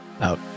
out